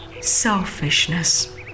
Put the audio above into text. Selfishness